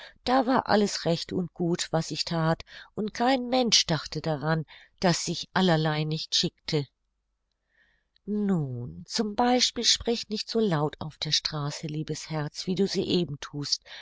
da war alles recht und gut was ich that und kein mensch dachte daran daß sich allerlei nicht schickte nun z b sprich nicht so laut auf der straße liebes herz wie du soeben thust